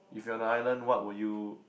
if you're on an island what would you